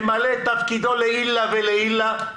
ממלא את תפקידו לעילא ולעילא,